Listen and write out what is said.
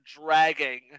dragging